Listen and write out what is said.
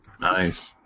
Nice